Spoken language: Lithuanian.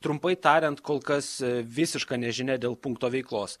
trumpai tariant kol kas visiška nežinia dėl punkto veiklos